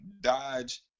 dodge